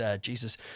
Jesus